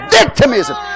victimism